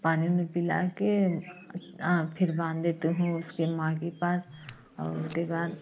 पानी ऊनी पिला के फिर बांध देते हो उसके माँ के पास और उसके बाद